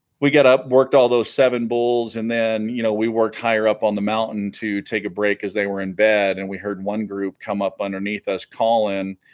we get up worked all those seven bulls and then you know we worked higher up on the mountain to take a break as they were in bed and we heard one group come up underneath us colin